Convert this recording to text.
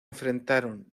enfrentaron